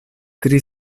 tri